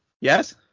Yes